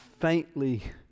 faintly